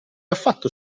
affatto